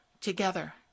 Together